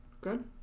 good